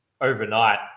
overnight